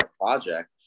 project